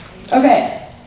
Okay